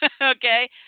okay